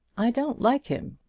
i don't like him.